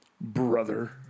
brother